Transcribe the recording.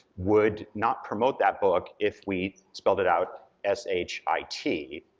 would not promote that book if we spelled it out s h i t,